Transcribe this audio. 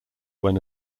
when